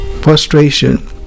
frustration